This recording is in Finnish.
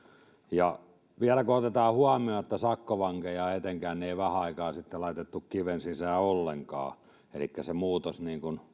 kun vielä otetaan huomioon että sakkovankeja etenkään ei vähän aikaa sitten laitettu kiven sisään ollenkaan elikkä se muutos